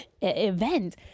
event